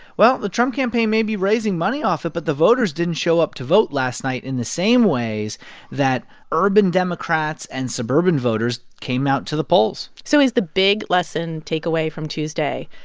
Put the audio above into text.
well, the trump campaign may be raising money off it, but the voters didn't show up to vote last night in the same ways that urban democrats and suburban voters came out to the polls so is the big lesson, takeaway, from tuesday,